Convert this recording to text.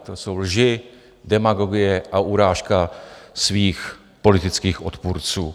To jsou lži, demagogie a urážka svých politických odpůrců.